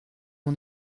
mon